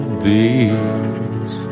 bees